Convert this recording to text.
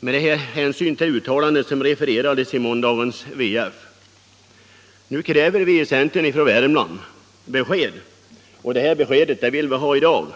med hänsyn till det uttalande som refererades i måndagens nummer av Värmlands Folkblad. Nu kräver vi i centern från Värmland besked, och det beskedet vill vi ha i dag.